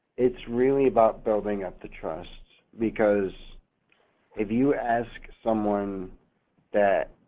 it's really about building up the trust because if you asked someone that,